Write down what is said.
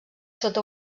sota